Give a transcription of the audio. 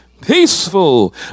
Peaceful